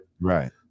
Right